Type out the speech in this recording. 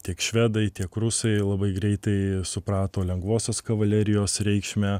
tiek švedai tiek rusai labai greitai suprato lengvosios kavalerijos reikšmę